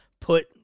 put